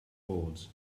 boards